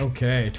Okay